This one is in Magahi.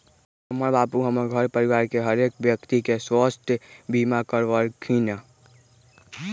हमर बाबू हमर घर परिवार के हरेक व्यक्ति के स्वास्थ्य बीमा करबलखिन्ह